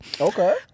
Okay